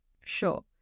sure